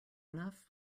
enough